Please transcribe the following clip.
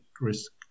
risk